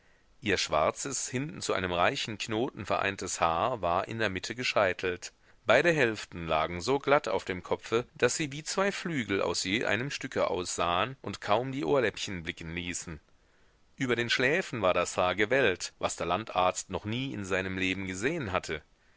ihr schwarzes hinten zu einem reichen knoten vereintes haar war in der mitte gescheitelt beide hälften lagen so glatt auf dem kopfe daß sie wie zwei flügel aus je einem stücke aussahen und kaum die ohrläppchen blicken ließen über den schläfen war das haar gewellt was der landarzt noch nie in seinem leben gesehen hatte